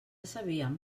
sabíem